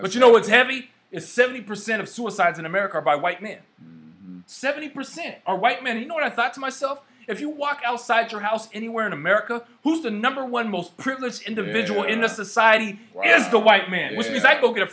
what you know it's heavy it's seventy percent of suicides in america by white men seventy percent are white men you know what i thought to myself if you walk outside your house anywhere in america who is the number one most privileged individual in the society as the white man was i could get a